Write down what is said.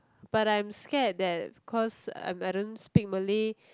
but I'm scared that cause um I don't speak Malay